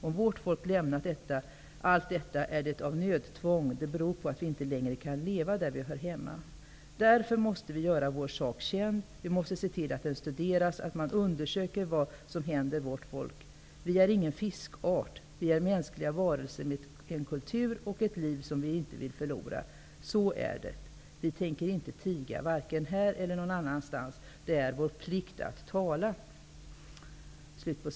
Om vårt folk lämnat allt detta är det av nödtvång, det beror på att vi inte längre kan leva där vi hör hemma. Därför måste vi göra vår sak känd, vi måste se till att den studeras, att man undersöker vad som händer vårt folk. Vi är ingen fiskart, vi är mänskliga varelser med en kultur och ett liv som vi inte vill förlora. Så är det. Vi tänker inte tiga, varken här eller någon annanstans. Det är vår plikt att tala.''